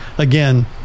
again